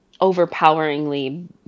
overpoweringly